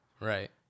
Right